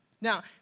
Now